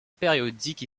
périodique